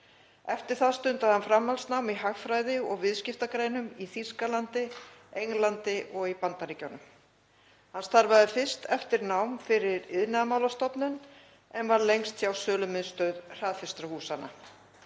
Eftir það stundaði hann framhaldsnám í hagfræði og viðskiptagreinum í Þýskalandi, Englandi og í Bandaríkjunum. Hann starfaði fyrst eftir nám fyrir Iðnaðarmálastofnun en var lengst hjá Sölumiðstöð hraðfrystihúsanna.